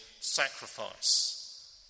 sacrifice